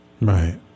Right